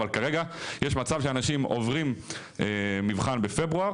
אבל כרגע יש מצב שאנשים עוברים מבחן בפברואר